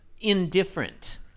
indifferent